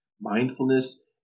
Mindfulness